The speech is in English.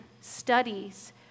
studies